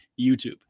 YouTube